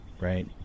right